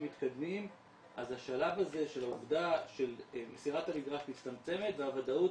מתקדמים אז השלב הזה של העובדה של מסירת המגרש מצטמצמת והוודאות